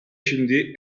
şimdi